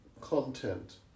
content